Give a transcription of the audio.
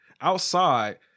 outside